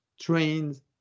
trains